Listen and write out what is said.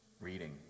Reading